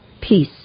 Peace